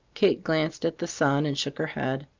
kate glanced at the sun and shook her head.